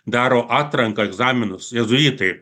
daro atranką egzaminus jėzuitai